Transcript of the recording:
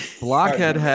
Blockhead